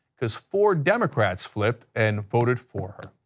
because for democrats flipped and voted for